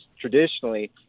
traditionally